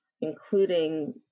including